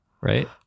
right